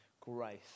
grace